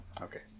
Okay